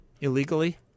illegally